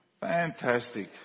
Fantastic